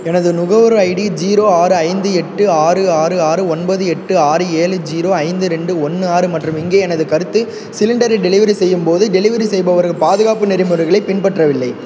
எனது நுகர்வோர் ID zero ஆறு ஐந்து எட்டு ஆறு ஆறு ஆறு ஒன்பது எட்டு ஆறு ஏழு ஜீரோ ஐந்து ரெண்டு ஒன்று ஆறு மற்றும் இங்கே எனது கருத்து சிலிண்டரை டெலிவரி செய்யும்போது டெலிவரி செய்பவர் பாதுகாப்பு நெறிமுறைகளைப் பின்பற்றவில்லை